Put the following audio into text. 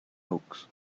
oaks